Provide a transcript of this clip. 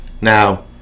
Now